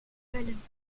wellen